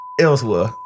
Elsewhere